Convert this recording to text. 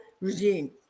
regime